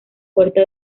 puerta